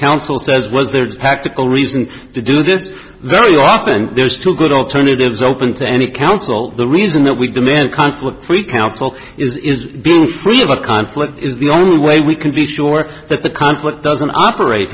counsel says was there a tactical reason to do this very often there's two good alternatives open to any counsel the reason that we demand conflict free counsel is is being free of a conflict is the only way we can be sure that the conflict doesn't operate